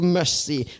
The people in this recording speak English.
mercy